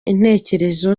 intekerezo